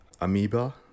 amoeba